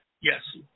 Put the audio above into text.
Yes